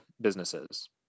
businesses